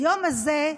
היום הזה,